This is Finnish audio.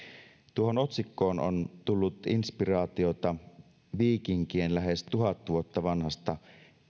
tuohon otsikkoon on tullut inspiraatiota viikinkien lähes tuhat vuotta vanhasta